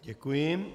Děkuji.